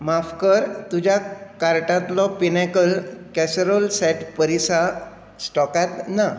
माफ कर तुज्या कार्टांतलो पिनॅकल कॅसरोल सेट परिसा स्टॉकांत ना